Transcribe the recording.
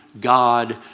God